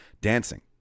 dancing